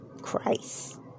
Christ